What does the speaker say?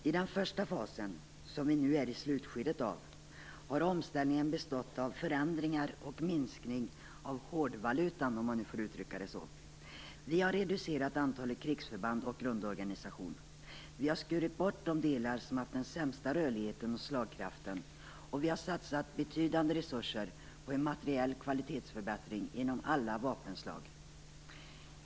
I den första fasen, som vi nu är i slutskedet av, har omställningen bestått av förändringar och minskning av "hårdvalutan", om man får uttrycka det så. Vi har reducerat antalet krigsförband och grundorganisationen. Vi har skurit bort de delar som har haft den sämsta rörligheten och slagkraften, och vi har satsat betydande resurser på en materiell kvalitetsförbättring inom alla vapenslag.